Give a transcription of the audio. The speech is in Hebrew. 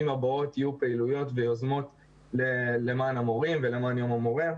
הבאות יהיו פעילויות ויוזמות למען המורים ולמען יום המורה.